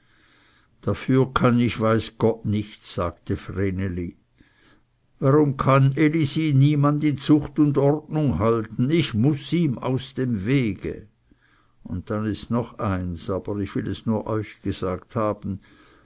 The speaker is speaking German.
dafür kann ich weiß gott nichts sagte vreneli warum kann elisin niemand in zucht und ordnung halten ich muß ihm aus dem wege dann ist noch eins aber ich will es nur euch gesagt haben